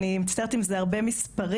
אני מצטערת אם זה הרבה מספרים,